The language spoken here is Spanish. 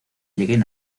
lleguen